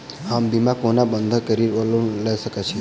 हम बिना कोनो बंधक केँ ऋण वा लोन लऽ सकै छी?